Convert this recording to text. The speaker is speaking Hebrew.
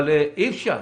אי אפשר.